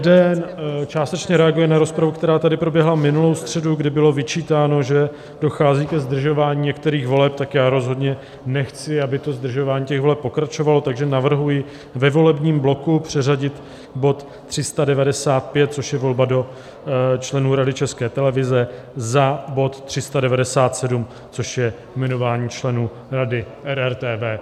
Jeden částečně reaguje na rozpravu, která tady proběhla minulou středu, kdy bylo vyčítáno, že dochází ke zdržování některých voleb, tak já rozhodně nechci, aby zdržování těch voleb pokračovalo, takže navrhuji ve volebním bloku přeřadit bod 395, což je volba členů Rady České televize, za bod 397, což je jmenování členů Rady RTV.